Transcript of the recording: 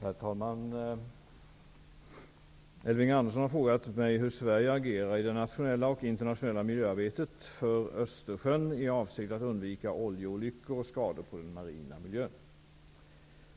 Herr talman! Elving Andersson har frågat mig hur Sverige agerar i det nationella och internationella miljöarbetet för Östersjön i avsikt att undvika oljeolyckor och skador på den marina miljön.